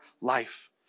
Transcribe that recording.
life